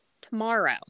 tomorrow